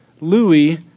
Louis